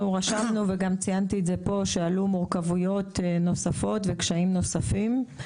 אנחנו רשמנו וגם ציינתי את זה פה: עלו מורכבויות נוספות וקשיים נוספים.